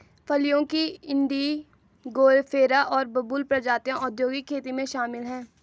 फलियों की इंडिगोफेरा और बबूल प्रजातियां औद्योगिक खेती में शामिल हैं